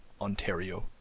Ontario